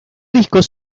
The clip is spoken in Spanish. discos